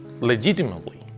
legitimately